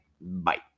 Bye